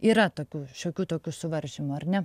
yra tokių šiokių tokių suvaržymų ar ne